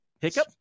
Hiccup